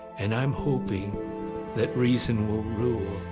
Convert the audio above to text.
and i'm hoping that reason will rule,